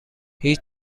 هیچ